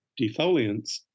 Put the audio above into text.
defoliants